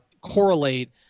correlate